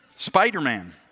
Spider-Man